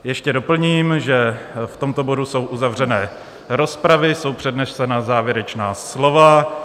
Ještě doplním, že v tomto bodu jsou uzavřené rozpravy, jsou přednesena závěrečná slova.